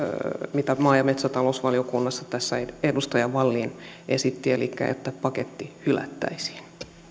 mitä maa ja metsätalousvaliokunnassa tästä edustaja wallin esitti eli että paketti hylättäisiin